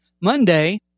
Monday